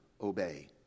obey